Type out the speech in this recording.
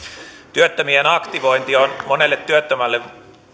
työttömien aktivointi on monelle työttömälle